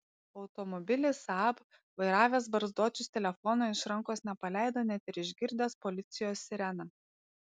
automobilį saab vairavęs barzdočius telefono iš rankos nepaleido net ir išgirdęs policijos sireną